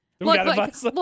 Look